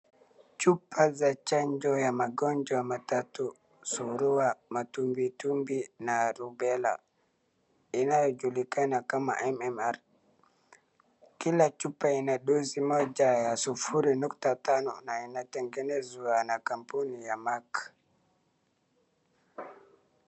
Chupa za chanjo ya magonwa matatu. Surua, matumbwitumbwi na rubela inayojulikana kama MMR[ .Kila chupa ina dosi moja sufuri nukta tano na inatengenezwa na kampuni ya Mac .